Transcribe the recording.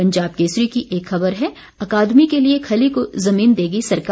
पंजाब केसरी की एक खबर है अकादमी के लिए खली को जमीन देगी सरकार